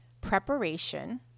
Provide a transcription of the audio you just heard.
preparation